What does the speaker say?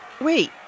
Wait